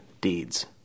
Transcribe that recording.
deeds